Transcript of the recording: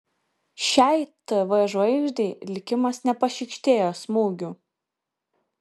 šiai tv žvaigždei likimas nepašykštėjo smūgių